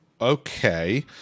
okay